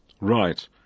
Right